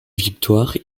victoire